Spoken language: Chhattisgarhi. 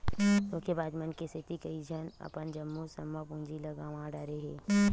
धोखेबाज मन के सेती कइझन अपन जम्मो जमा पूंजी ल गंवा डारे हे